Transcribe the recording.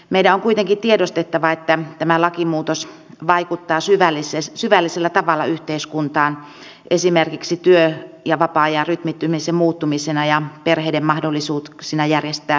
meidän on kuitenkin tiedostettava että tämä lakimuutos vaikuttaa syvällisellä tavalla yhteiskuntaan esimerkiksi työ ja vapaa ajan rytmittymisen muuttumisena ja perheiden mahdollisuuksina järjestää yhteistä aikaa